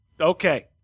Okay